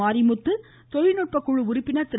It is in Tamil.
மாரிமுத்து தொழில்நுட்ப உதவி குழு உறுப்பினர் திரு